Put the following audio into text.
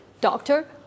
doctor